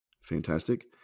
Fantastic